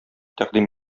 тәкъдим